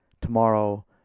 tomorrow